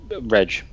Reg